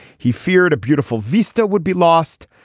he feared a beautiful vista would be lost.